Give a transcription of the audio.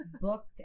booked